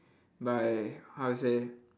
by how to say